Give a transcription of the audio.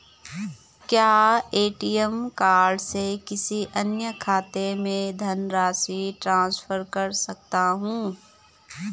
क्या ATM card से किसी अन्य खाते में धनराशि ट्रांसफर कर सकता हूँ?